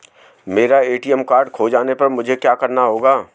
मेरा ATM card खो जाने पर मुझे क्या करना होगा?